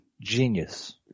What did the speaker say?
genius